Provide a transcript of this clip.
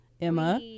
Emma